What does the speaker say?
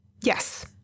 Yes